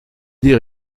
dire